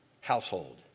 household